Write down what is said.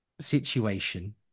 situation